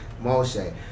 Moshe